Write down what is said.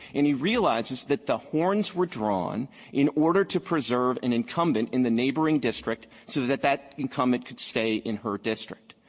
he realizes that the horns were drawn in order to preserve an incumbent in the neighboring district so that that incumbent could stay in her district.